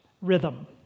rhythm